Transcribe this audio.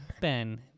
Ben